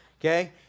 okay